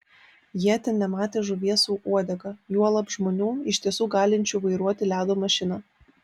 jie ten nematę žuvies su uodega juolab žmonių iš tiesų galinčių vairuoti ledo mašiną